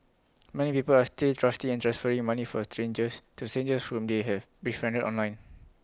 many people are still trusting and transferring money for strangers to strangers whom they have befriended online